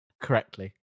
correctly